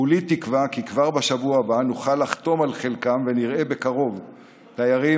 כולי תקווה כי כבר בשבוע הא נוכל לחתום על חלקם ונראה בקרוב תיירים